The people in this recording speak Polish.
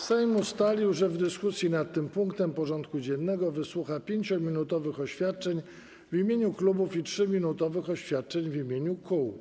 Sejm ustalił, że w dyskusji nad tym punktem porządku dziennego wysłucha 5-minutowych oświadczeń w imieniu klubów i 3-minutowych oświadczeń w imieniu kół.